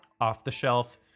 off-the-shelf